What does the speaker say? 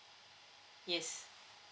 yes